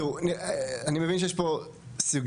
אני מבין שיש פה סוגיה,